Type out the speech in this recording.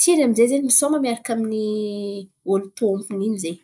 Tian̈y amin'zay zen̈y misôma miaraka amin'olo tômpon̈y in̈y.